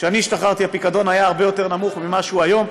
כשאני השתחררתי הפיקדון היה הרבה יותר נמוך ממה שהוא היום.